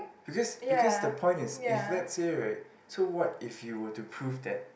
because because the point is if let's say right so what if you were to prove that